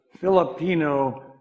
Filipino